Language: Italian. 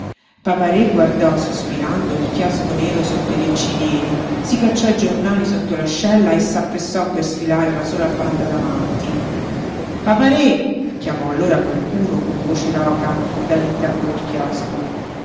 papa-re guardò sospirando il chiosco nero sotto i lecci neri si cacciò i giornali sotto l'ascella e s'appressò per sfilare la sola banda davanti papa-re chiamò allora qualcuno con voce rca dall'interno del chiosco